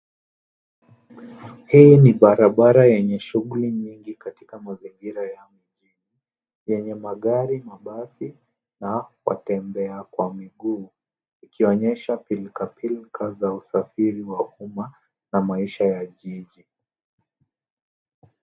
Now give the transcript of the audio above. Hii ni barabara yenye shughuli nyingi katika mazingira ya mjini yenye magari, mabasi na watembea kwa miguu ikionyesha pilka pilka za usafiri wa umma na maisha ya jiji.